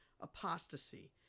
apostasy